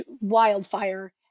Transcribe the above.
wildfire